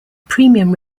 premium